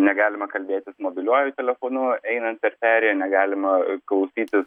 negalima kalbėtis mobiliuoju telefonu einant per perėją negalima klausytis